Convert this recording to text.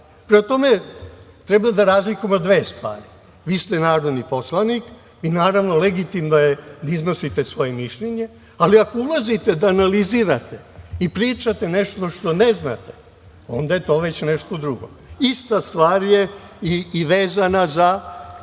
tome, treba da razlikujemo dve stvari. Vi ste narodni poslanik i naravno legitimno je da iznosite svoje mišljenje, ali ako ulazite da analizirate i pričate nešto što ne znate, onda je to već nešto drugo. Ista stvar je i vezana za,